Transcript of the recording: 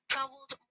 traveled